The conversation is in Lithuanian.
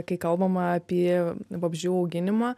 kai kalbama apie vabzdžių auginimą